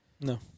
No